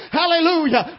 hallelujah